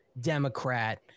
democrat